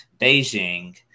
Beijing